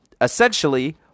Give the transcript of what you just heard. Essentially